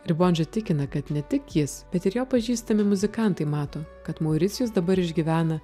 ribondžo tikina kad ne tik jis bet ir jo pažįstami muzikantai mato kad mauricijus dabar išgyvena